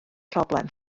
problem